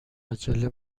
عجله